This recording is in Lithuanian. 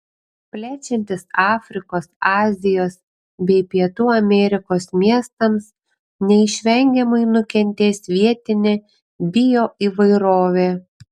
plečiantis afrikos azijos bei pietų amerikos miestams neišvengiamai nukentės vietinė bioįvairovė